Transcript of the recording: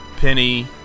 penny